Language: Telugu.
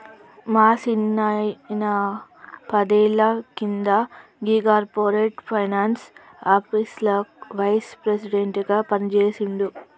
మా సిన్నాయిన పదేళ్ల కింద గీ కార్పొరేట్ ఫైనాన్స్ ఆఫీస్లకి వైస్ ప్రెసిడెంట్ గా పనిజేసిండు